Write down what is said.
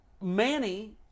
Manny